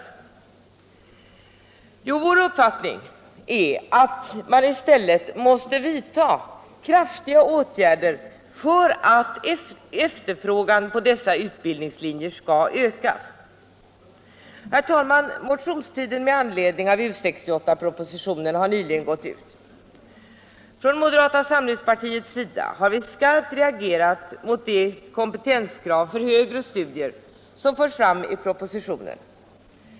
Jo, vår uppfattning är att man då måste vidta kraftiga åtgärder för att efterfrågan på dessa utbildningslinjer skall ökas. Herr talman! Motionstiden med anledning av U 68-propositionen har nyligen gått ut. Från moderata samlingspartiets sida har vi skarpt reagerat mot de kompetenskrav för högre studier som förs fram i propositionen.